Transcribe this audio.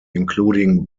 including